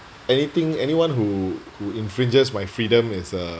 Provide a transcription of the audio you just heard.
anything anyone who who infringes my freedom is uh